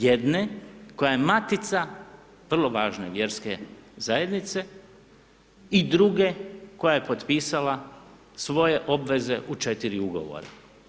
Jedne koja je matica vrlo važne vjerske zajednice i druge koja je potpisala svoje obveze u 4 ugovora.